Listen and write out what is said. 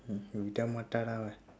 விடமாட்டாடா அவ:vidamaatdaadaa ava